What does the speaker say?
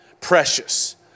Precious